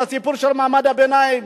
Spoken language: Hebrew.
זה הסיפור של מעמד הביניים,